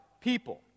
people